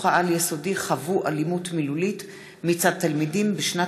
העל-יסודי חוו אלימות מילולית מצד תלמידים בשנת